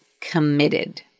committed